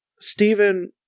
Stephen